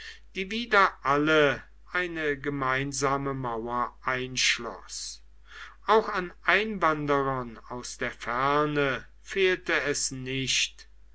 die wieder alle eine gemeinsame mauer einschloß auch an einwanderern aus der ferne fehlte es nicht